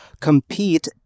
compete